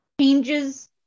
changes